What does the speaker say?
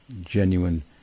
genuine